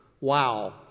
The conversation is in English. wow